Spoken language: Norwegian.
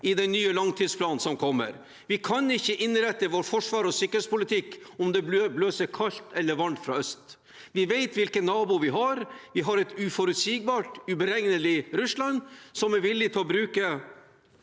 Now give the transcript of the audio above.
i den nye langtidsplanen som kommer. Vi kan ikke innrette vår forsvars- og sikkerhetspolitikk etter om det blåser kaldt eller varmt fra øst. Vi vet hvilken nabo vi har. Vi har et uforutsigbart, uberegnelig Russland som er villig til å bruke